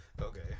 Okay